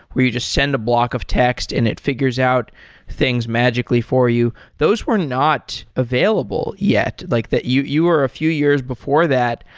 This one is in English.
where you just send a block of text and it figures out things magically for you, those were not available yet. like you you were a few years before that.